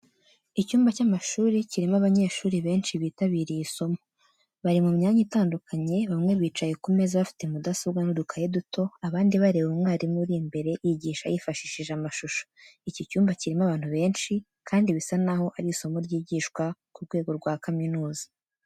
Icyumba cy’amashuri kirimo abanyeshuri benshi bitabiriye isomo. Bari mu myanya itandukanye, bamwe bicaye ku meza bafite mudasobwa n’udukaye duto, abandi bareba umwarimu uri imbere yigisha yifashishije amashusho. Iki cyumba kirimo abantu benshi, kandi bisa n'aho ari isomo ryigishwa ku rwego rwa kaminuza.